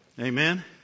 Amen